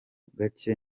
gake